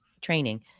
training